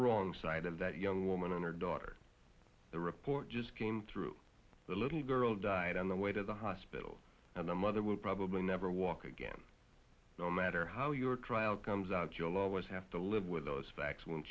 wrong side of that young woman and her daughter the report just came through the little girl died on the way to the hospital and the mother will probably never walk again no matter how your trial comes out you'll always have to live with those facts on